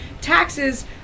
taxes